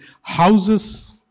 houses